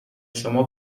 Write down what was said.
شما